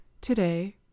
Today